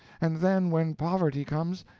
and then, when poverty comes,